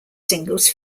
singles